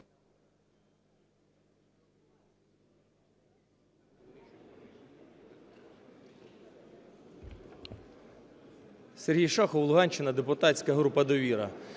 Сергій Шахов, Луганщина, депутатська група "Довіра".